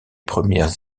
premières